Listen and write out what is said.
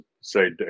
say